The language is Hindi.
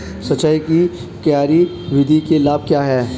सिंचाई की क्यारी विधि के लाभ क्या हैं?